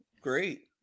great